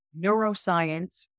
neuroscience